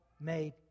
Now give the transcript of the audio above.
made